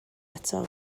eto